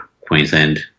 Queensland